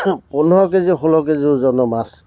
পোন্ধৰ কেজি যোল্ল কেজি ওজনৰ মাছ